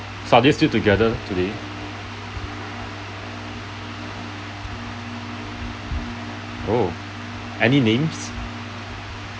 suggest you together today oh any names